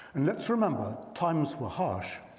and let's remember, times were harsh.